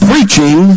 Preaching